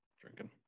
drinking